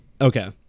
Okay